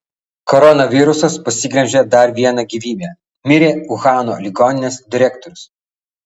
koronavirusas pasiglemžė dar vieną gyvybę mirė uhano ligoninės direktorius